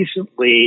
recently